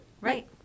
Right